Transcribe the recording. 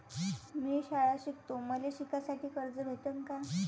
मी शाळा शिकतो, मले शिकासाठी कर्ज भेटन का?